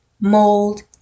mold